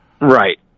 Right